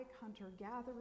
hunter-gatherers